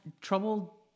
trouble